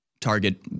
target